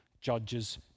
judges